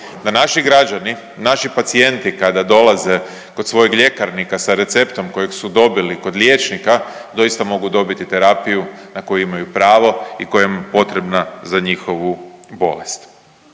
da naši građani, naši pacijenti kada dolaze kod svojeg ljekarnikom sa receptom kojeg su dobili kod liječnika doista mogu dobiti terapiju na koju imaju pravo i koja im je potrebna za njihovu bolest.